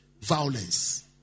violence